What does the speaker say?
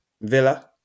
Villa